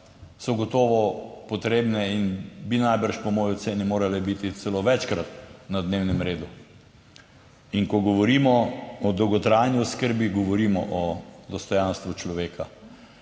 so gotovo potrebne in bi najbrž po moji oceni morale biti celo večkrat na dnevnem redu. In ko govorimo o dolgotrajni oskrbi govorimo o dostojanstvu človeka.